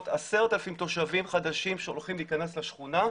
10,000 תושבים חדשים שהולכים להיכנס בשכונה.